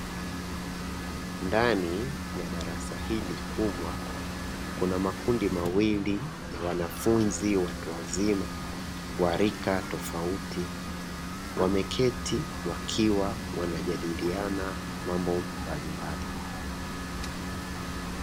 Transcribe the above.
Ndani ya darasa hili kubwa, kuna makundi mawili ya wanafunzi watu wazima wa rika tofauti wameketi wakiwa wanajadiliana mambo mbalimbali.